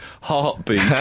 Heartbeat